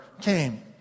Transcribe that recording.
came